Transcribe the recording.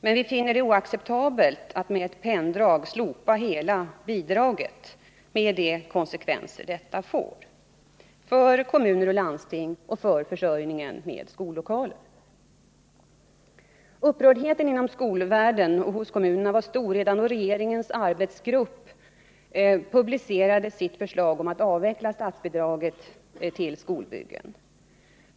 Men vi finner det oacceptabelt att man med ett penndrag slopar hela bidraget med de konsekvenser detta får för kommuner och landsting och för försörjningen med skollokaler. Upprördheten inom skolvärlden och hos kommunerna var stor redan då regeringens arbetsgrupp publicerade sitt förslag om att avveckla statsbidra get till skolbyggen.